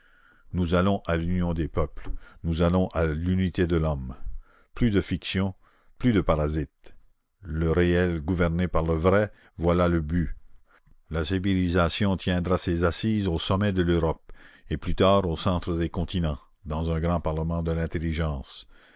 nous allons à l'union des peuples nous allons à l'unité de l'homme plus de fictions plus de parasites le réel gouverné par le vrai voilà le but la civilisation tiendra ses assises au sommet de l'europe et plus tard au centre des continents dans un grand parlement de l'intelligence